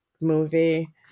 movie